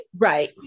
Right